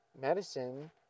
medicine